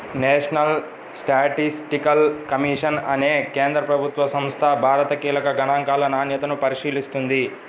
national statistical commission అనే కేంద్ర ప్రభుత్వ సంస్థ భారత కీలక గణాంకాల నాణ్యతను పరిశీలిస్తుంది